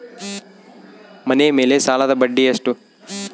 ಮನೆ ಮೇಲೆ ಸಾಲದ ಬಡ್ಡಿ ಎಷ್ಟು?